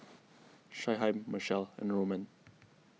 Shyheim Machelle and Roman